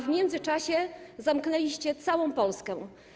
W międzyczasie zamknęliście całą Polskę.